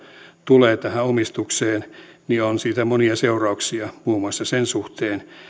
tulee tähän omistukseen niin on siitä monia seurauksia muun muassa sen suhteen